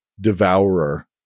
devourer